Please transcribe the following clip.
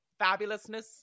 fabulousness